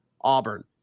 Auburn